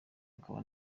akaba